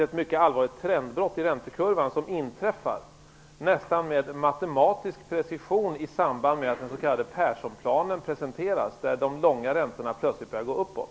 Ett mycket allvarligt trendbrott i räntekurvan inträffar nämligen med nästan matematisk precision i samband med att den s.k. Perssonplanens presentation. Plötsligt börjar de långa räntorna gå uppåt.